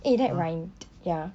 eh that rhymed ya